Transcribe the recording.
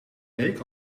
leek